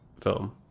film